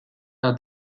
las